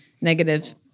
negative